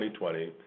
2020